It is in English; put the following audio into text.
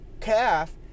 calf